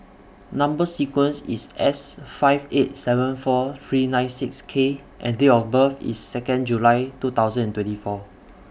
Number sequence IS S five eight seven four three nine six K and Date of birth IS Second July two thousand and twenty four